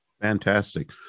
Fantastic